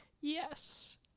Yes